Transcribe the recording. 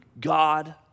God